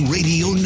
Radio